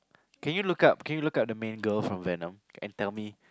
can you look up can you look up the main girl from Venom and tell me